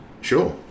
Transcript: Sure